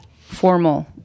formal